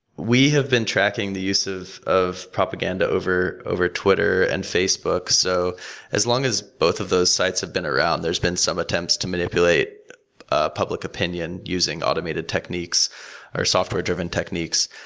we have been tracking the use of of propaganda over over twitter and facebook. so as long as both of those sides have been around, there's been some attempts to manipulate ah public opinion using automated techniques or software-driven techniques.